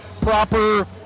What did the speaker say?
proper